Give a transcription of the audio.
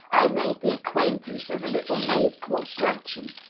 i made the acquaintance of a little maid called gretchen.